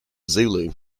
zulu